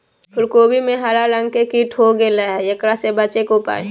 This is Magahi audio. फूल कोबी में हरा रंग के कीट हो गेलै हैं, एकरा से बचे के उपाय?